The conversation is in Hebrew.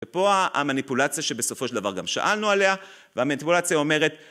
ופה המניפולציה שבסופו של דבר גם שאלנו עליה, והמניפולציה אומרת